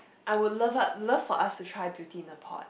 I would love love for us to try beauty in the pot